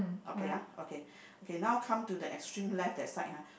okay ya okay okay now come to the extreme left that side ha